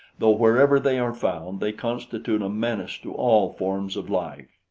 though wherever they are found, they constitute a menace to all forms of life.